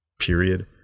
period